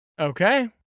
Okay